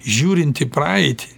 žiūrint į praeitį